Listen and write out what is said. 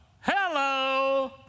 Hello